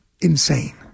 insane